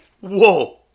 Whoa